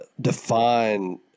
define